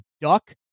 duck